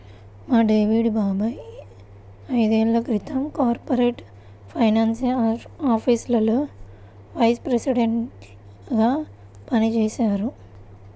మా డేవిడ్ బాబాయ్ ఐదేళ్ళ క్రితం కార్పొరేట్ ఫైనాన్స్ ఆఫీసులో వైస్ ప్రెసిడెంట్గా పనిజేశారు